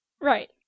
Right